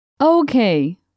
Okay